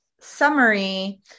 summary